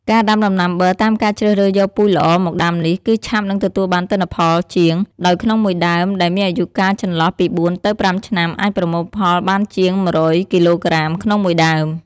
ការដាំដំណាំប័រតាមការជ្រើសរើសយកពូជល្អមកដាំនេះ គឺឆាប់នឹងទទួលបាននូវទិន្នផលជាង ដោយក្នុង១ដើមដែលមានអាយុកាលចន្លោះពី៤ ទៅ ៥ឆ្នាំ អាចប្រមូលផលបានជាង ១០០គីឡូក្រាម ក្នុង ១ដើម។